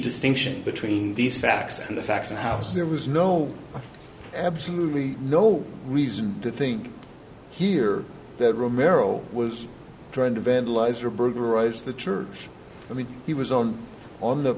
distinction between these facts and the facts and house there was no absolutely no reason to think here that romero was trying to vandalise or burglarize the church i mean he was on